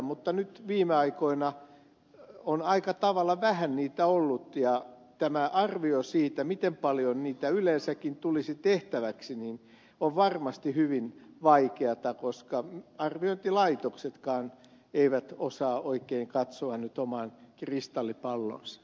mutta nyt viime aikoina on aika tavalla vähän niitä ollut ja tämä arvio siitä miten paljon niitä yleensäkin tulisi tehtäväksi on varmasti hyvin vaikea koska arviointilaitoksetkaan eivät osaa oikein katsoa nyt omaan kristallipalloonsa